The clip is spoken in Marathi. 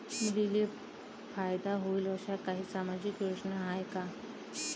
मुलींले फायदा होईन अशा काही सामाजिक योजना हाय का?